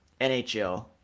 NHL